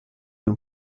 room